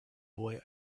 boy